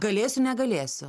galėsiu negalėsiu